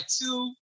two